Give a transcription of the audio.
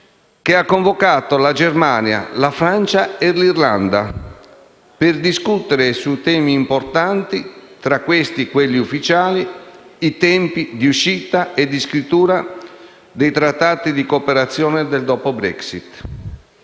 che ha convocato la Germania, la Francia e l'Irlanda per discutere su temi importanti, tra cui quelli ufficiali come i tempi di uscita e di scrittura dei trattati di cooperazione del dopo Brexit.